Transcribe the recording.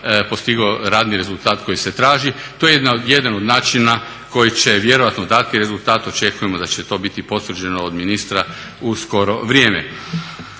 postigao radni rezultat koji se traži. To je jedan od načina koji će vjerojatno dati rezultat, očekujemo da će to biti potvrđeno od ministra u skoro vrijeme.